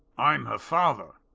i'm her father.